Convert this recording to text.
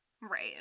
Right